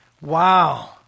Wow